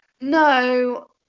No